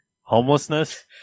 homelessness